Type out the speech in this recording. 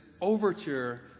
overture